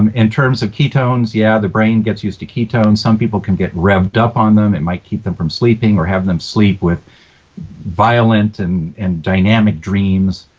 um in terms of ketones, yeah, the brain gets used to ketones. some people can get revved up on them. it might keep them from sleeping or having them sleep with violent and and dynamic dreams.